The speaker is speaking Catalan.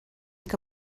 que